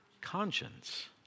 Conscience